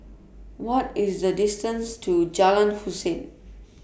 What IS The distance to Jalan Hussein